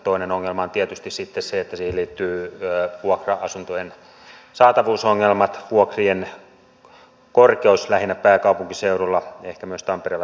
toinen ongelma on tietysti sitten se että siihen liittyvät vuokra asuntojen saatavuusongelmat vuokrien korkeus lähinnä pääkaupunkiseudulla ehkä myös tampereella turussa